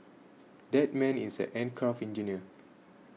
that man is an aircraft engineer